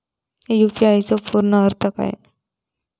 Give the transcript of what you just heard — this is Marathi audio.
यू.पी.आय चो पूर्ण अर्थ काय?